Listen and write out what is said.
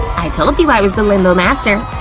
i told you i was the limbo master.